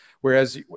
whereas